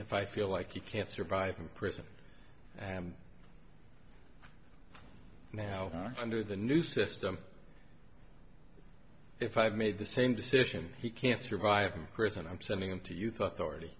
if i feel like you can survive in prison and now under the new system if i've made the same decision he can't survive in prison i'm sending him to youth already